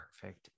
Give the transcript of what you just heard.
perfect